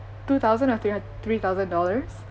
two thousand or three hun~ three thousand dollars